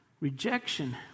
Rejection